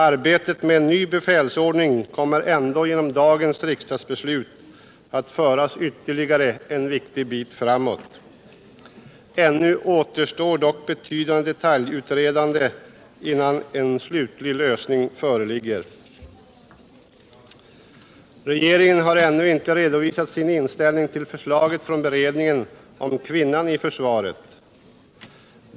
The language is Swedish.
Arbetet med en ny befälsordning kommer ändock genom dagens riksdagsbeslut att föras ytterligare en viktig bit framåt. Det återstår emellertid ett betydande detaljutredande innan en slutlig lösning föreligger. Regeringen har ännu inte redovisat sin inställning till förslaget från beredningen om kvinnan i försvaret.